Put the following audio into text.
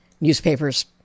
newspapers